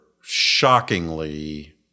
shockingly